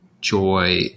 joy